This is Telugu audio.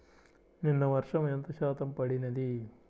నిన్న వర్షము ఎంత శాతము పడినది?